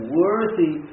worthy